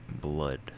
Blood